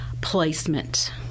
placement